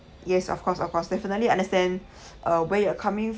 yes of course of course definitely understand uh where you're coming